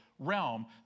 realm